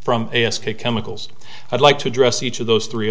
from a s k chemicals i'd like to address each of those three